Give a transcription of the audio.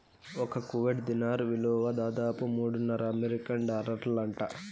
ఒక్క కువైట్ దీనార్ ఇలువ దాదాపు మూడున్నర అమెరికన్ డాలర్లంట